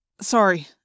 Sorry